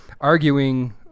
arguing